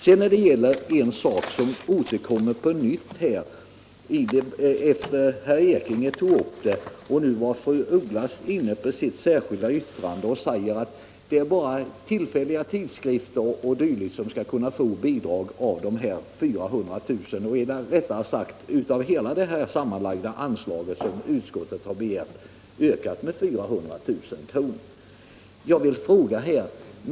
Herr Ekinge tog upp en annan sak som fru af Ugglas också var inne på när hon talade om sitt särskilda yttrande och sade att det bara är tillfälliga tidskrifter o. d. som skall kunna få bidrag av de 400 000 kronorna eller rättare sagt av hela det sammanlagda anslaget, som utskottet begär skall öka med 400 000 kr.